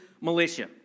militia